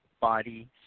body